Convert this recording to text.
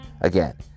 Again